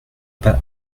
pas